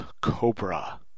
Cobra